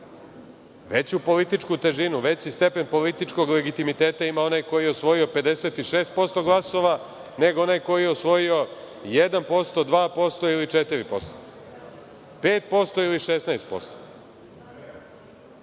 Veću političku težinu, veći stepen političkog legitimiteta ima onaj koji je osvojio 56% glasova, nego onaj koji je osvojio 1%, 2% , 4%, 5% ili